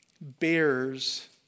bears